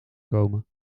komen